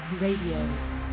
Radio